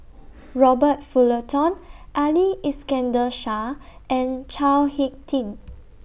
Robert Fullerton Ali Iskandar Shah and Chao Hick Tin